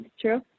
True